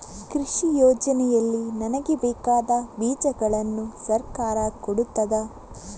ಕೃಷಿ ಯೋಜನೆಯಲ್ಲಿ ನನಗೆ ಬೇಕಾದ ಬೀಜಗಳನ್ನು ಸರಕಾರ ಕೊಡುತ್ತದಾ?